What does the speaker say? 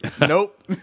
nope